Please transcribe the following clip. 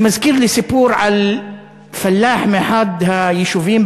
זה מזכיר לי סיפור על פלאח מאחד היישובים